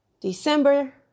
December